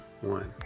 one